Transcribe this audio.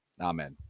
Amen